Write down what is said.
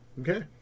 okay